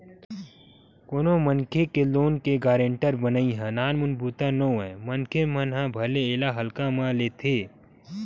कोनो मनखे के लोन के गारेंटर बनई ह नानमुन बूता नोहय मनखे मन ह भले एला हल्का म ले लेथे